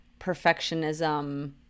perfectionism